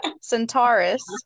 Centaurus